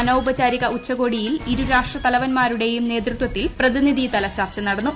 അനൌപചാരിക ഉച്ചകോടിയിൽ ഇരു രാഷ്ട്രത്തലവൻമാരുടെയും നേതൃത്വത്തിൽ പ്രതിനിധിതല ചർച്ച നടന്നു